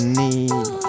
need